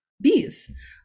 bees